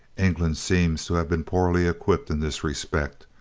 england seems to have been poorly equipped in this respect.